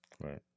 Right